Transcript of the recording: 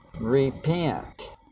Repent